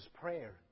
prayer